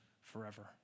forever